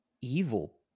evil